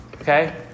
Okay